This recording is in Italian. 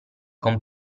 con